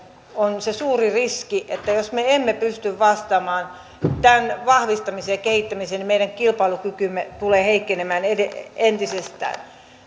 on se suuri riski että jos me emme pysty vastaamaan tähän työelämän ja osaamisen vahvistamiseen ja kehittämiseen niin meidän kilpailukykymme tulee heikkenemään entisestään